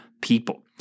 people